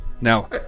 Now